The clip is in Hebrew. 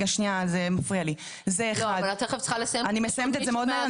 את תיכף צריכה לסיים --- אני מסיימת את זה מאוד מהר,